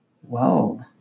Whoa